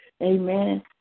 amen